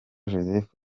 joseph